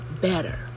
better